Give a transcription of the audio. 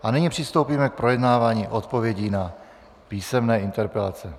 A nyní přistoupíme k projednávání odpovědí na písemné interpelace.